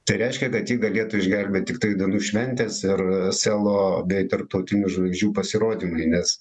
tai reiškia kad jį galėtų išgelbėt tiktai dainų šventės ir selo bei tarptautinių žvaigždžių pasirodymai nes